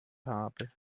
habe